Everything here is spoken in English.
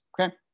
okay